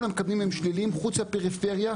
כל המקדמים הם שליליים חוץ מהפריפריה,